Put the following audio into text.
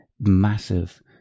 massive